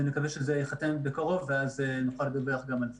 ואני מקווה שזה ייחתם בקרוב ואז נוכל לדווח גם על זה.